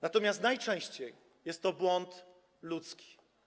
Natomiast najczęściej jest to błąd ludzki.